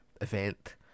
event